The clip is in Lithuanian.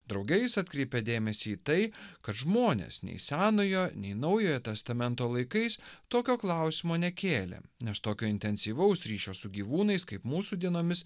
drauge jis atkreipė dėmesį į tai kad žmonės nei senojo nei naujo testamento laikais tokio klausimo nekėlė nes tokio intensyvaus ryšio su gyvūnais kaip mūsų dienomis